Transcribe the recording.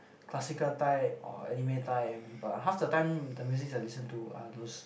classical type or anime type but half the time the musics are listen to are those